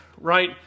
right